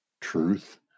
Truth